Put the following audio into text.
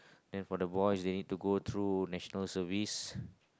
then for the boys they need to go through next no service